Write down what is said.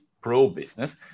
pro-business